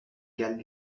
galles